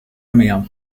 meer